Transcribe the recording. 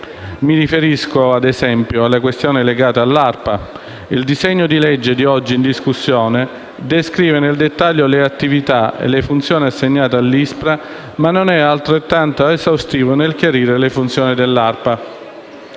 Mi riferisco - ad esempio - alle questioni legate all'ARPA. Il disegno di legge oggi in discussione descrive nel dettaglio le attività e le funzioni assegnate all'ISPRA, ma non è altrettanto esaustivo nel chiarire le funzioni dell'ARPA.